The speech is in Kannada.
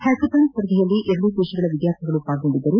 ಹ್ಯಾಕಥಾನ್ ಸ್ಪರ್ಧೆಯಲ್ಲಿ ಎರಡೂ ದೇಶಗಳ ವಿದ್ಕಾರ್ಥಿಗಳು ಭಾಗವಹಿಸಿದ್ದರು